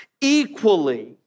equally